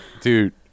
Dude